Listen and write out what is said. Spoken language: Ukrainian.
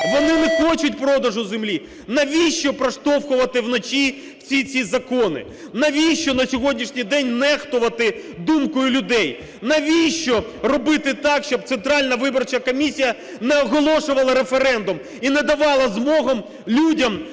вони не хочуть продажу землі. Навіщо проштовхувати вночі всі ці закони? Навіщо на сьогоднішній день нехтувати думкою людей? Навіщо робити так, щоб Центральна виборча комісія не оголошувала референдум і не давала змогу людям